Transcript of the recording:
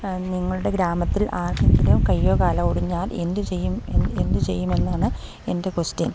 നിങ്ങളുടെ ഗ്രാമത്തിൽ ആർക്കെങ്കിലും കയ്യോ കാലോ ഒടിഞ്ഞാൽ എന്തു ചെയ്യുമെന്നാണ് എൻ്റെ ക്വസ്റ്റ്യൻ